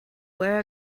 wear